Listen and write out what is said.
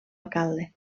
alcalde